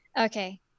okay